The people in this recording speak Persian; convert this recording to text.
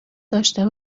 داشته